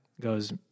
goes